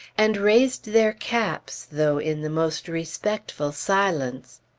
and raised their caps, though in the most respectful silence.